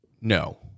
No